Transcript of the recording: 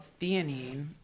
theanine